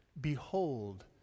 behold